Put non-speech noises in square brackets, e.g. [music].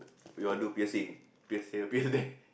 we all do piercing pierce here pierce [laughs] there